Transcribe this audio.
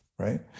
Right